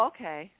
Okay